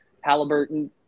Halliburton